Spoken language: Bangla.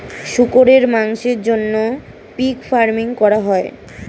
শুকরের মাংসের জন্য পিগ ফার্মিং করা হয়